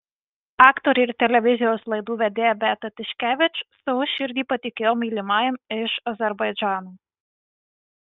aktorė ir televizijos laidų vedėja beata tiškevič savo širdį patikėjo mylimajam iš azerbaidžano